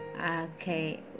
okay